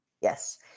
Yes